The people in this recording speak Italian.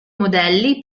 modelli